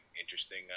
interesting